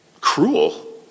cruel